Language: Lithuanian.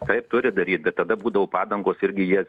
taip turi daryt bet tada būdavo padangos irgi jie